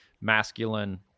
masculine